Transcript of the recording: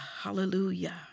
hallelujah